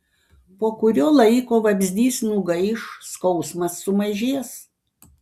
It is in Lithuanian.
po kurio laiko vabzdys nugaiš skausmas sumažės